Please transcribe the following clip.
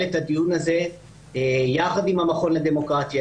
את הדיון הזה יחד עם המכון לדמוקרטיה,